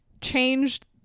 changed